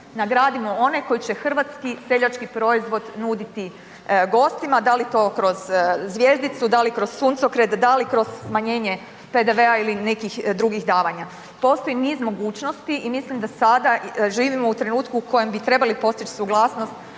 nagradimo one koji će hrvatski seljački proizvod nuditi gostima, da li to kroz zvjezdicu, da li kroz suncokret, da li kroz smanjenje PDV-a ili nekih drugih davanja, postoji niz mogućnosti. I mislim da sada živimo u trenutku u kojem bi trebali postići suglasnost